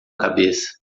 cabeça